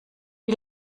wie